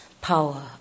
power